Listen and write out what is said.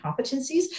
competencies